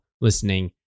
listening